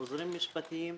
עוזרים משפטיים.